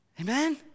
Amen